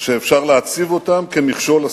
שאפשר להציב אותם כמכשול לשיחות.